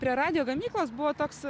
prie radijo gamyklos buvo toks